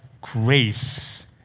grace